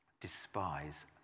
despise